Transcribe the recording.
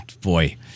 boy